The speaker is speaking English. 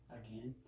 again